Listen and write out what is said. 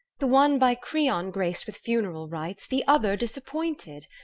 the one by creon graced with funeral rites, the other disappointed?